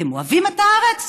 אתם אוהבים את הארץ?